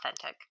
authentic